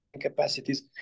capacities